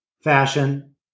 fashion